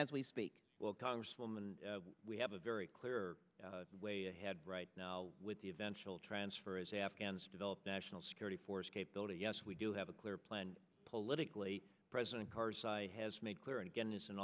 as we speak well congresswoman we have a very clear head right now with the eventual transfer as afghans develop national security force capability yes we do have a clear plan politically president karzai has made clear and again this